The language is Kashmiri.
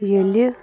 ییٚلہِ